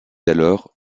alors